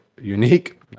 unique